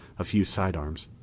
a few side arms,